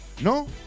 No